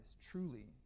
truly